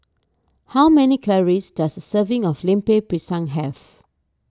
how many calories does a serving of Lemper Pisang have